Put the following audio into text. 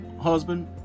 husband